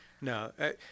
no